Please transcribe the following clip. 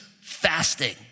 fasting